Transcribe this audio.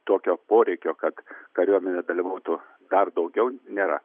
tokio poreikio kad kariuomenė dalyvautų dar daugiau nėra